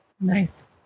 Nice